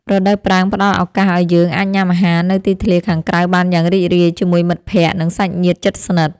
រដូវប្រាំងផ្តល់ឱកាសឱ្យយើងអាចញ៉ាំអាហារនៅទីធ្លាខាងក្រៅបានយ៉ាងរីករាយជាមួយមិត្តភក្តិ និងសាច់ញាតិជិតស្និទ្ធ។